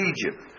Egypt